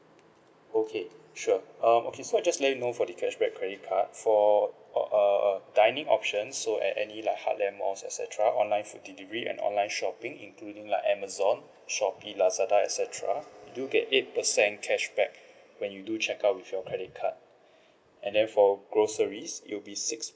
okay sure um okay so I just let you know for the cashback credit card for all uh uh dining options so at any like heartland malls et cetera online food delivery and online shopping including like Amazon Shopee Lazada et cetera do get eight percent cashback when you do check out with your credit card and then for groceries it'll be six